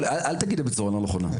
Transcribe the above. אל תגיד את זה בצורה לא נכונה.